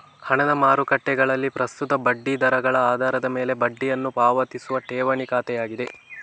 ಹಣದ ಮಾರುಕಟ್ಟೆಗಳಲ್ಲಿ ಪ್ರಸ್ತುತ ಬಡ್ಡಿ ದರಗಳ ಆಧಾರದ ಮೇಲೆ ಬಡ್ಡಿಯನ್ನು ಪಾವತಿಸುವ ಠೇವಣಿ ಖಾತೆಯಾಗಿದೆ